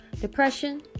Depression